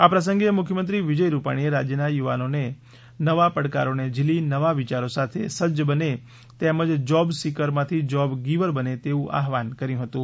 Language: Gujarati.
આ પ્રસંગે મુખ્યમંત્રી વિજય રૂપાણીએ રાજ્યના યુવાનો નવા પડકારોને ઝીલી નવા વિયારો સાથે સજ્જ બને તેમજ જોબ સિકરમાંથી જોબ ગિવર બને તેવું આહવાન કર્યું હતું